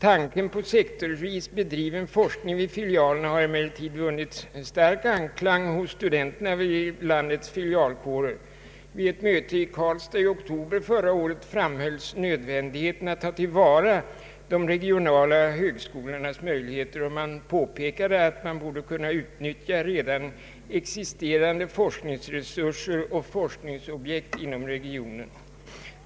Tanken på sektorsvis bedriven forskning vid universitetsfilialerna har emellertid vunnit stark anklang hos studenterna vid landets filialkårer. Vid ett möte i Karlstad i oktober förra året framhölls nödvändigheten att ta till vara de regionala högskolornas möjligheter, och man påpekade att man borde kunna utnyttja redan existerande forskningsresurser och forskningsobjekt i regionen.